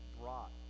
brought